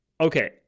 okay